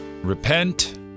Repent